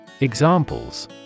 Examples